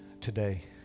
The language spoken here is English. today